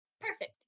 Perfect